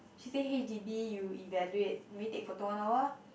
she say H_D_B you evaluate maybe take photo one hour